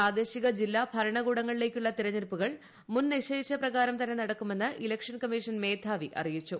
പ്രാദേശിക ജില്ലാഭരണകൂടങ്ങളിലേക്കുള്ള തെരഞ്ഞെടുപ്പുകൾ മുൻ നിശ്ചയിച്ച പ്രകാരം തന്നെ നടക്കുമെന്ന് ഇലക്ഷൻ കമ്മീഷൻ മേധാവി പറഞ്ഞു